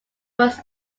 was